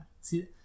see